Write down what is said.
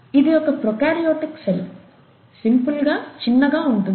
ఇది ఒక prokaryotic cell simple గా చిన్నగా ఉంటుంది